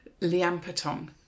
liampatong